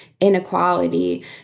inequality